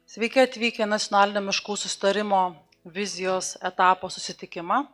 sveiki atvykę į nacionalinio miškų susitarimo vizijos etapo susitikimą